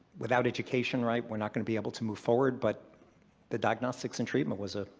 without education, right, we're not going to be able to move forward, but the diagnostics and treatment was a.